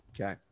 Okay